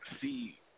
see –